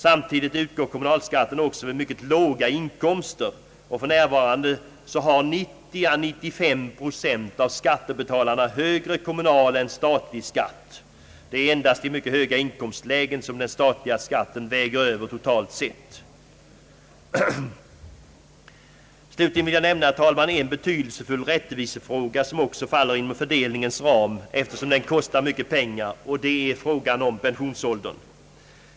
Samtidigt utgår kommunalskatten också vid mycket låga inkomster, och för närvarande har 90 å 95 procent av skattebetalarna högre kommunal än statlig skatt. Endast i mycket höga inkomstlägen väger den statliga skatten över totalt sett. Slutligen vill jag, herr talman, nämna att en betydelsefull rättvisefråga, som också faller inom fördelningens ram, eftersom den kostar mycket pengar, är frågan om pensionsåldern.